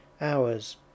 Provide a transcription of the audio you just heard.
Hours